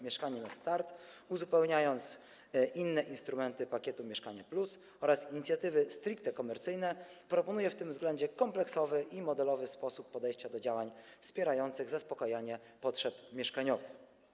Mieszkanie na start”, uzupełniając inne instrumenty pakietu „Mieszkanie+” oraz inicjatywy stricte komercyjne, proponuje w tym względzie kompleksowy i modelowy sposób podejścia do działań wspierających zaspokajanie potrzeb mieszkaniowych.